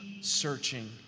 searching